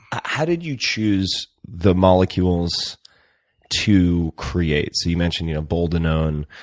how did you choose the molecules to create? so you mentioned you know boldenone,